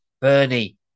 Bernie